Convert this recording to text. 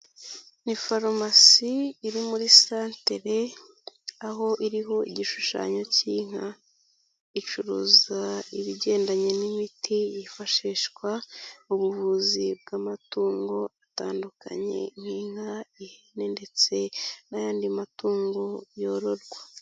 Ni farumasi iri muri santere aho iriho igishushanyo k'inka icuruza ibigendanye n'imiti yifashishwa ubuvuzi bw'amatungo butandukanye nk'inka, ihene ndetse n'ayandi matungo yororwa.